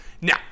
Now